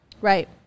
Right